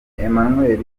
emmanuel